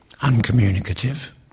uncommunicative